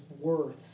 worth